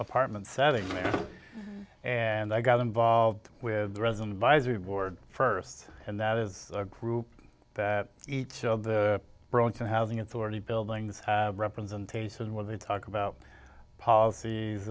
apartment setting and i got involved with the resident advisor board first and that is a group that each of the burlington housing authority buildings representation when they talk about policies